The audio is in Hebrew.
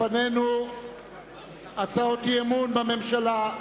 לפנינו הצעות אי-אמון בממשלה.